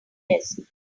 desk